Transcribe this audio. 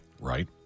Right